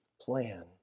plan